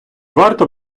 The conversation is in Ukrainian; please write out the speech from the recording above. варто